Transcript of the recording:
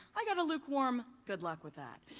i got a luke-warm, good luck with that.